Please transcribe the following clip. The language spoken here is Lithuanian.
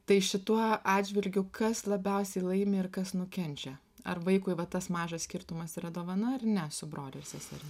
tai šituo atžvilgiu kas labiausiai laimi ir kas nukenčia ar vaikui va tas mažas skirtumas yra dovana ar ne su broliu ar seserim